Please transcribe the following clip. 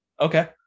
Okay